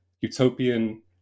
utopian